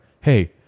hey